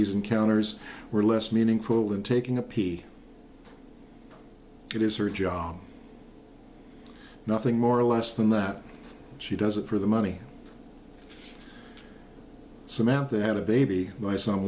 these encounters were less meaningful than taking a pee it is her job nothing more or less than that she does it for the money samantha had a baby by some